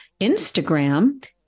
instagram